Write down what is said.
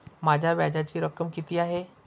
माझ्या व्याजाची रक्कम किती आहे?